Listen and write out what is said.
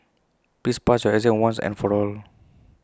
please pass your exam once and for all